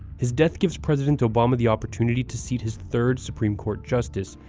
his death gives president obama the opportunity to seat his third supreme court justice,